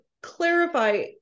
clarify